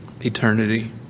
eternity